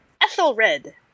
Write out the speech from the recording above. Ethelred